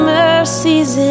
mercies